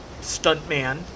stuntman